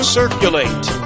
circulate